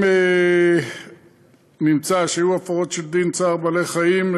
אם נמצא שהיו הפרות של דין צער בעלי-חיים,